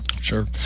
Sure